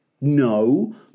No